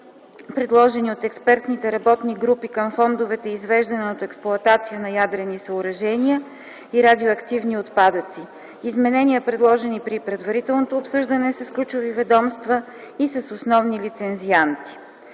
предложени от експертните работни групи към фондовете „Извеждане от експлоатация на ядрени съоръжения” и „Радиоактивни отпадъци”; изменения, предложени при предварителното обсъждане с ключови ведомства и с основни лицензианти.